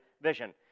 vision